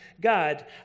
God